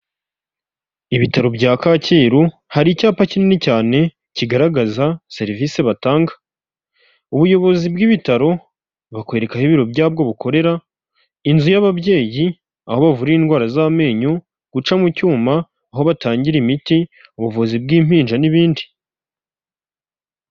Ibitaro bya Kacyiru hari icyapa kinini cyane kigaragaza serivise batanga, ubuyobozi bw'ibitaro bakwereka aho ibiro byabwo bukorera, inzu y'ababyeyi, aho bavurira indwara z'amenyo, guca mu cyuma, aho batangira imiti, ubuvuzi bw'impinja n'ibindi.